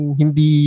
hindi